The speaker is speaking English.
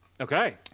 Okay